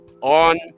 on